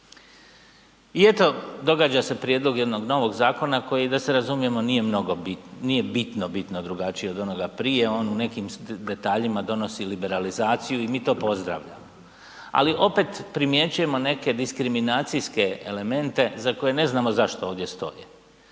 I eto događa se prijedlog jednog novog zakona koji da se razumijemo nije bitno, bitno drugačiji od onoga prije, on u nekim detaljima donosi liberalizaciju i mi to pozdravljamo, ali opet primjećujemo neke diskriminacijske elemente za koje ne znamo zašto ovdje stoje.